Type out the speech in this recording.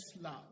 love